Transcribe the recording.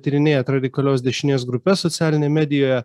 tyrinėjat radikalios dešinės grupes socialinėje medijoje